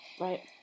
Right